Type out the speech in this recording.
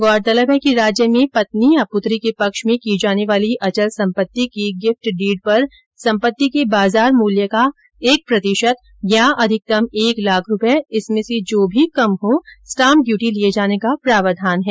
गौरतलब है कि राज्य में पत्नी या पूत्री के पक्ष में की जाने वाली अचल संपत्ति की गिफ्ट डीड पर सम्पत्ति के बाजार मूल्य का एक प्रतिशत या अधिकतम एक लाख रुपये इसमें से जो भी कम हो स्टांप ड्यूटी लिये जाने का प्रावधान है